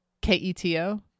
k-e-t-o